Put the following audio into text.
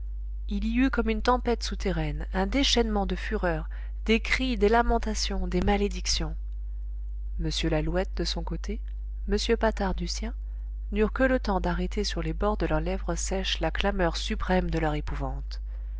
il y eut comme une tempête souterraine un déchaînement de fureurs des cris des lamentations des malédictions m lalouette de son côté m patard du sien n'eurent que le temps d'arrêter sur les bords de leurs lèvres sèches la clameur suprême de leur épouvante